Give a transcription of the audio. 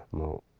well,